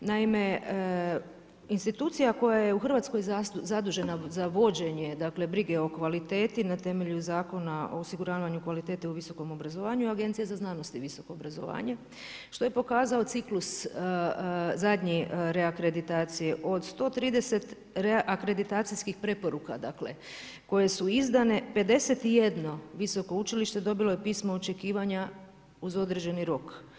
Naime, institucija koja je u Hrvatskoj zadužena za vođenje brige o kvaliteti na Zakona o osiguravanja kvalitete u visokom obrazovanju i Agencije za znanost i visoko obrazovanje, što je pokazao ciklus zadnje reakreditacije, od 130 reakreditacijskih preporuka koje su izdane, 51 visoko učilište dobilo je pismo očekivanja uz određeni rok.